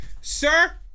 Sir